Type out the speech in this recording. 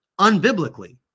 unbiblically